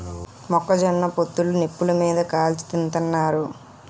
మొక్క జొన్న పొత్తులు నిప్పులు మీది కాల్చి తింతన్నారు